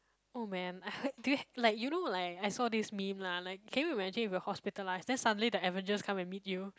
oh man I heard do you like you know like I saw this meme lah like can you imagine if you were hospitalised then suddenly the Avengers come and meet you